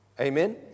Amen